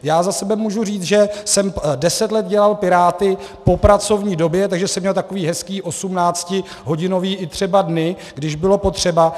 Já za sebe můžu říct, že jsem deset let dělal Piráty po pracovní době, takže jsem měl takový hezký osmáctihodinový i třeba dny, když bylo potřeba.